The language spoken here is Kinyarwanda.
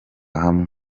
hamwe